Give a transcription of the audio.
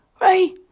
Right